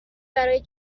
برای